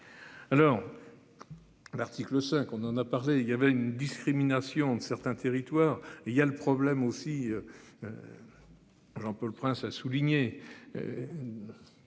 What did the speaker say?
Alors. L'article 5, on en a parlé, il y avait une discrimination de certains territoires. Il y a le problème aussi. J'en peux le prince a souligné.